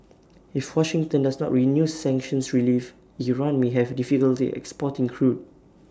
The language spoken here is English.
if Washington does not renew sanctions relief Iran may have difficulty exporting crude